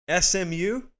SMU